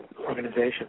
organization